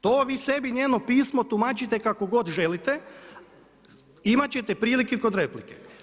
To vi sebi njeno pismo tumačite kako god želite, imati ćete prilike kod replike.